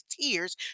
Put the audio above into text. tears